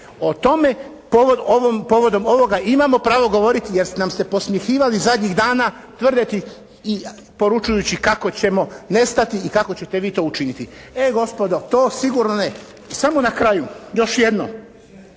O tome povodom ovoga imamo pravo govoriti jer ste nam se podsmjehivali zadnjih dana tvrditi i poručujući kako ćemo nestati i kako ćete vi to učiniti. E gospodo to sigurno ne. Samo na kraju još jedno.